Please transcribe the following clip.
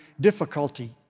difficulty